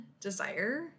desire